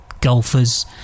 golfers